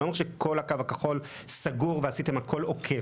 אומר שעשית הכול סגור ועשיתם הכול עוקף,